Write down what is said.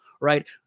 right